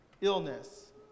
illness